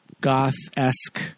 Goth-esque